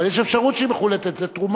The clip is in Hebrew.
אבל יש אפשרות שהיא מחולטת, זה תרומה.